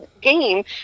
game